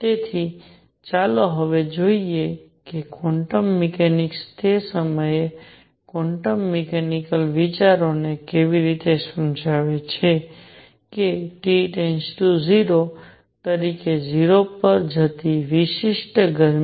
તેથી ચાલો હવે જોઈએ કે ક્વોન્ટમ મિકેનિક્સ તે સમયે ક્વોન્ટમ મિકેનીકલ વિચારોને કેવી રીતે સમજાવે છે કે T 0 તરીકે 0 પર જતી વિશિષ્ટ ગરમી